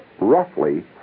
roughly